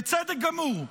בצדק גמור,